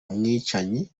umwicanyi